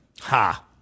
Ha